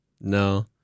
No